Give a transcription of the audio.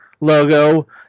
logo